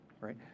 right